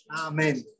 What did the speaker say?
Amen